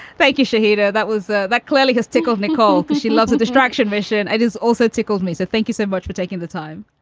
thank you shehada. that was that clearly has tickled nicole because she loves the distraction mission. it is also tickled me. so thank you so much for taking the time